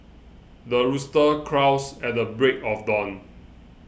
the rooster crows at the break of dawn